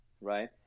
right